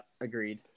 agreed